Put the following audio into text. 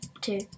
two